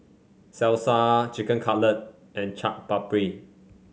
Salsa Chicken Cutlet and Chaat Papri